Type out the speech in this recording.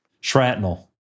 Shrapnel